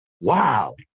wow